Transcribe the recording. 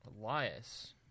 Elias